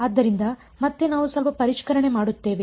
ಆದ್ದರಿಂದ ಮತ್ತೆ ನಾವು ಸ್ವಲ್ಪ ಪರಿಷ್ಕರಣೆ ಮಾಡುತ್ತೇವೆ